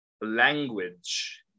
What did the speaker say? language